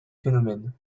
phénomène